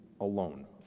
alone